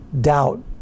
doubt